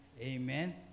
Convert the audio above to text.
amen